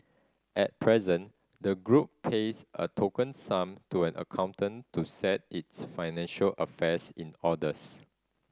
at present the group pays a token sum to an accountant to set its financial affairs in orders